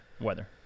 weather